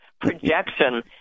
projection